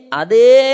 ade